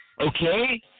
okay